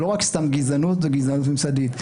ולא סתם גזענות גזענות ממסדית.